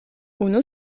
unu